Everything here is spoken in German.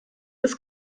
ist